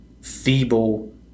feeble